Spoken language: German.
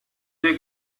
der